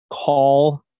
call